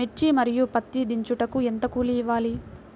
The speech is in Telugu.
మిర్చి మరియు పత్తి దించుటకు ఎంత కూలి ఇవ్వాలి?